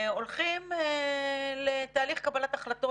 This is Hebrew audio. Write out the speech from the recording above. והולכים לתהליך קבלת החלטות,